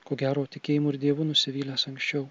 ko gero tikėjimu ir dievu nusivylęs anksčiau